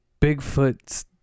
bigfoot